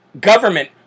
government